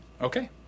Okay